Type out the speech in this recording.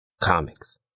comics